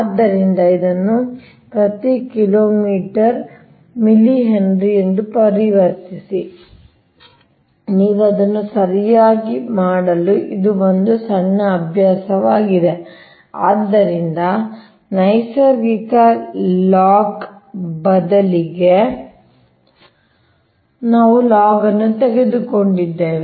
ಆದ್ದರಿಂದ ಇದನ್ನು ಪ್ರತಿ ಕಿಲೋಮೀಟರ್ಗೆ ಮಿಲಿ ಹೆನ್ರಿ ಎಂದು ಪರಿವರ್ತಿಸಿ ನೀವು ಅದನ್ನು ಸರಿಯಾಗಿ ಮಾಡಲು ಇದು ಒಂದು ಸಣ್ಣ ಅಭ್ಯಾಸವಾಗಿದೆ ಆದ್ದರಿಂದ ನೈಸರ್ಗಿಕ ಲಾಗ್ ಬದಲಿಗೆ ನಾವು ಲಾಗ್ ಅನ್ನು ತೆಗೆದುಕೊಂಡಿದ್ದೇವೆ